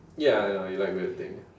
ya you like weird thing